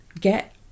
get